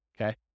okay